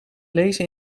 lezen